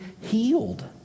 healed